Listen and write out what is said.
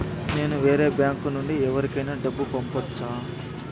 నేను వేరే బ్యాంకు నుండి ఎవరికైనా డబ్బు పంపొచ్చా?